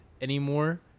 anymore